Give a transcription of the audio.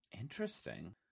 Interesting